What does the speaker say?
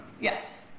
Yes